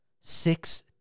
Six